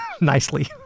Nicely